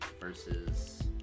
versus